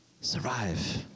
Survive